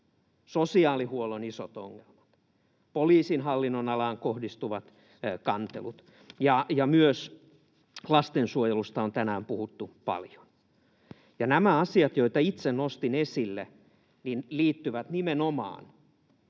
sosiaalihuollon isot ongelmat, poliisin hallinnonalaan kohdistuvat kantelut, ja myös lastensuojelusta on tänään puhuttu paljon. Ja nämä asiat, joita itse nostin esille, liittyvät nimenomaan